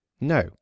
no